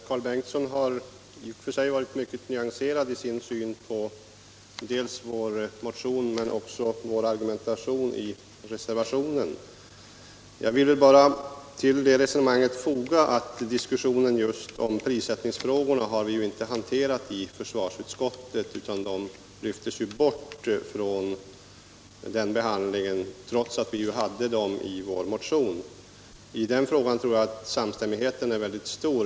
Herr talman! Herr Karl Bengtsson i Varberg hade en mycket nyanserad syn på både vår motion och vår argumentation i reservationen. Jag vill här bara till hans resonemang foga att någon diskussion om prissättningsfrågorna inte har förts i försvarsutskottet. De lyftes bort från behandlingen där, trots att vi hade frågorna med i vår motion. Där tror jag emellertid att samstämmigheten är mycket stor.